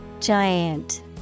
Giant